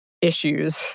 issues